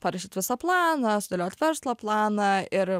parašyt visą planą sudėliot verslo planą ir